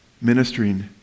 ministering